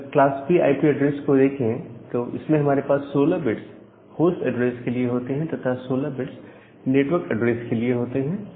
अगर class B IP address को देखें तो इसमें हमारे पास 16 बिट्स होस्ट एड्रेस के लिए होते हैं तथा 16 बिट्स नेटवर्क एड्रेस के लिए होते हैं